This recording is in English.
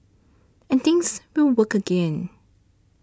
and things will work again